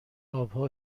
آبها